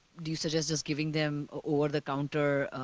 do you suggest just giving them over-the-counter